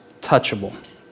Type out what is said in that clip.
touchable